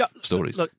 stories